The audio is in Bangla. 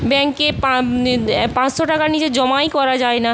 ব্যাঙ্কে পাঁ পাঁচশো টাকার নিচে জমাই করা যায় না